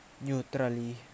neutrally